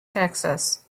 texas